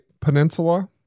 Peninsula